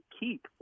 keep